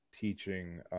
teaching